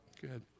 Good